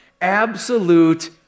Absolute